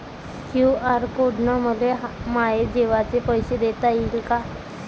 QR code न मले माये जेवाचे पैसे देता येईन का?